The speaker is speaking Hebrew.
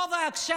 פה ועכשיו,